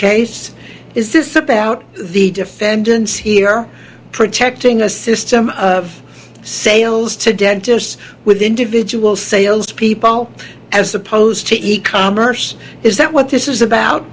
case is this about the defendants here protecting a system sales to dentists with individual salespeople as opposed to e commerce is that what this is about